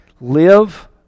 Live